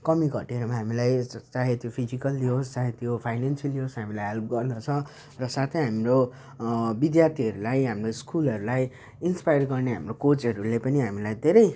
कमीघटीहरूमा हामीलाई चाहे त्यो फिजिकली होस् चाहे त्यो फाइनेन्सिएली होस् हामीलाई हेल्प गर्दछ र साथै हाम्रो विद्यार्थीहरूलाई हाम्रो स्कुलहरूलाई इन्सपायर गर्ने हाम्रो कोचहरूले पनि हामीलाई धेरै